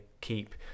keep